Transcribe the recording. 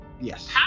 yes